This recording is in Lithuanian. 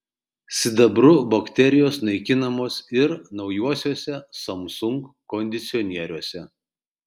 sidabru bakterijos naikinamos ir naujuosiuose samsung kondicionieriuose